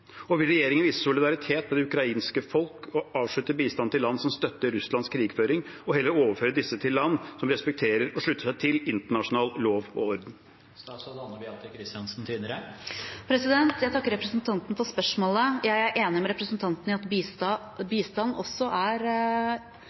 Vil regjeringen vise solidaritet med det ukrainske folk og avslutte bistand til land som støtter Russlands krigføring, og heller overføre disse til land som respekterer og slutter seg til internasjonal lov og orden? Jeg takker representanten for spørsmålet. Jeg er enig med representanten i at bistand ofte i stor grad er